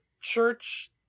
church